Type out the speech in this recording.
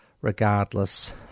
regardless